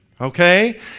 okay